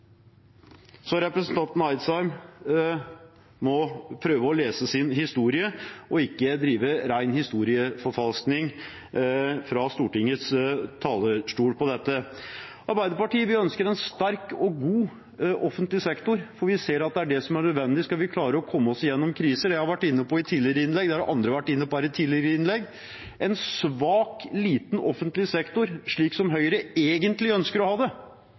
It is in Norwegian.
Representanten Eidsheim må prøve å lese sin historie, ikke drive ren historieforfalskning om dette fra Stortingets talerstol. Arbeiderpartiet ønsker en sterk og god offentlig sektor, for vi ser at det er det som er nødvendig om vi skal klare å komme oss igjennom kriser. Jeg var inne på i tidligere innlegg, og andre har vært inne på i tidligere innlegg, at en svak, liten offentlig sektor, slik som Høyre egentlig ønsker å ha det,